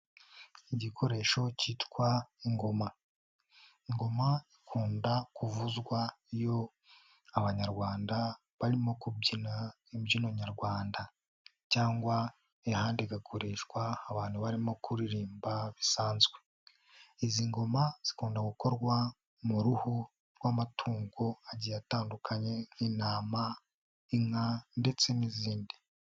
Igikoresho cyitwa ingoma, ingoma ikunda kuvuzwa iyo abanyarwanda barimo kubyina imbyino nyarwanda cyangwa ahandi igakoreshwa abantu barimo kuririmba bisanzwe, izi ngoma zikunda gukorwa mu ruhu rw'amatungo agiye atandukanye nk'intama, inka ndetse n'izindi.